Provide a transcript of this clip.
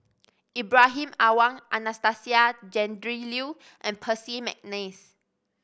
Ibrahim Awang Anastasia Tjendri Liew and Percy McNeice